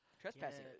trespassing